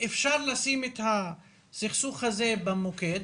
אפשר לשים את הסכסוך הזה במוקד